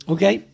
Okay